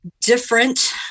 different